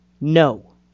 No